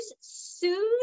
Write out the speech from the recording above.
sued